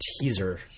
teaser